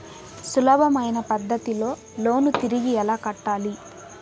సులభమైన పద్ధతిలో లోను తిరిగి ఎలా కట్టాలి